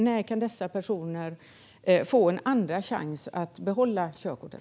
När kan dessa personer få en andra chans att behålla körkortet?